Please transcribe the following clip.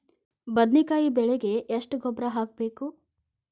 ಬದ್ನಿಕಾಯಿ ಬೆಳಿಗೆ ಎಷ್ಟ ಗೊಬ್ಬರ ಹಾಕ್ಬೇಕು?